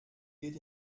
geht